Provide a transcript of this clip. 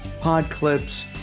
Podclips